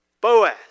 Boaz